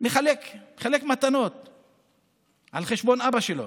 מחלק מתנות על חשבון אבא שלו.